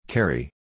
Carry